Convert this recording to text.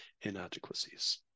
inadequacies